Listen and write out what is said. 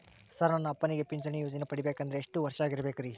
Sir ನನ್ನ ಅಪ್ಪನಿಗೆ ಪಿಂಚಿಣಿ ಯೋಜನೆ ಪಡೆಯಬೇಕಂದ್ರೆ ಎಷ್ಟು ವರ್ಷಾಗಿರಬೇಕ್ರಿ?